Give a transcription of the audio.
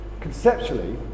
Conceptually